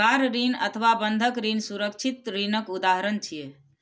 car ऋण अथवा बंधक ऋण सुरक्षित ऋणक उदाहरण छियै